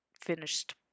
finished